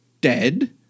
dead